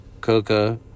Coca